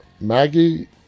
Maggie